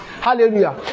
hallelujah